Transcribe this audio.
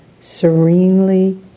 serenely